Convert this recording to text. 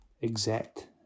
exact